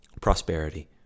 prosperity